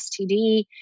STD